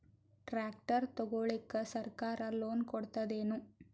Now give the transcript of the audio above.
Tractor ತಗೊಳಿಕ ಸರ್ಕಾರ loan ಕೊಡತದೇನು?